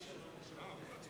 לשנת 2010, נתקבל.